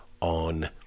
on